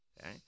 Okay